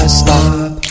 stop